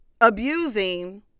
abusing